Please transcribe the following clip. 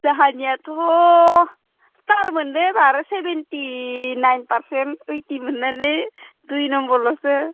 जोंहानियाथ' star मोनदों एबार seventy nine percent ओइटि मोन्नोनो दुइ नम्बरल'सो